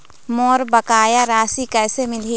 मोर बकाया राशि कैसे मिलही?